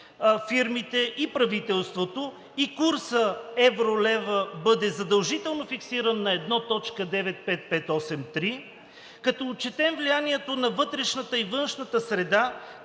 фирмите и правителството, и курсът евро – лев бъде задължително фиксиран на 1,95583, като отчетем влиянието на вътрешната и външната среда,